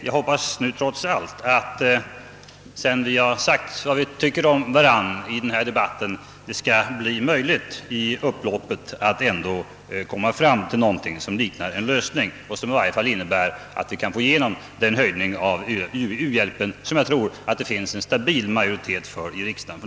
Jag hoppas att det trots allt skall bli möjligt att i slutloppet, sedan vi sagt vad vi tycker om varandra i denna debatt, komma fram till någonting som liknar en lösning och som i varje fall innebär att vi kan få igenom den höjning av u-hjälpen som jag tror att det för närvarande finns en stabil majoritet för i riksdagen.